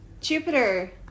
Jupiter